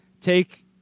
take